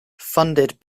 funded